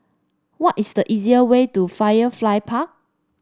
what is the easier way to Firefly Park